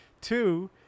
Two